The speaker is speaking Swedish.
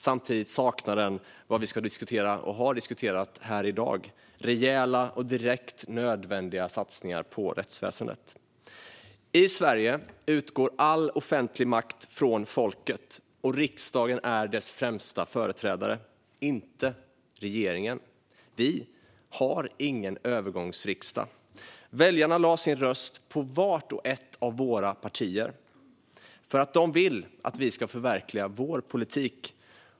Samtidigt saknar den vad vi ska diskutera och har diskuterat här i dag: rejäla och direkt nödvändiga satsningar på rättsväsendet. I Sverige utgår all offentlig makt från folket, och riksdagen är dess främsta företrädare, inte regeringen. Vi har ingen övergångsriksdag. Väljarna lade sin röst på vart och ett av våra partier därför att de vill att vi ska förverkliga vår politik.